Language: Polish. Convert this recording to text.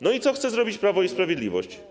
No i co chce zrobić Prawo i Sprawiedliwość?